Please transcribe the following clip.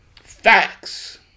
Facts